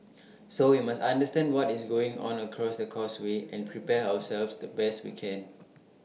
so we must understand what is going on across the causeway and prepare ourselves the best we can